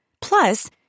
Plus